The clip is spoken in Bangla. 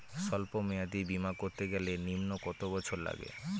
সল্প মেয়াদী বীমা করতে গেলে নিম্ন কত বছর লাগে?